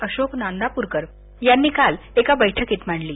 अशोक नांदापूरकर यांनी काल एका बस्कीत मांडली